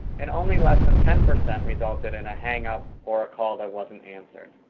and only less than ten percent resulted in a hang-up or a call that wasn't answered.